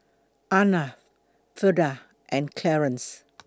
Arnav Freida and Clearence